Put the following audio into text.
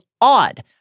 odd